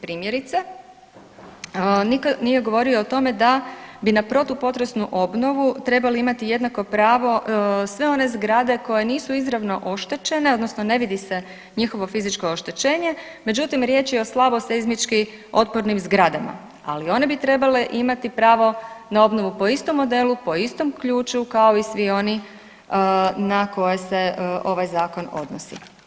Primjerice, nitko nije govorio o tome da bi na protupotresnu obnovu trebali imati jednako pravo sve one zgrade koje nisu izravno oštećene odnosno ne vidi se njihovo fizičko oštećenje, međutim riječ je o slabo seizmički otpornim zgradama, ali i one bi trebale imati pravo na obnovu po istom modelu, po istom ključu kao i svi oni na koje se ovaj zakon odnosi.